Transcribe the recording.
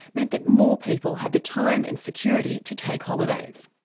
meant that more people had the time and security to take holidays.